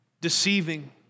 deceiving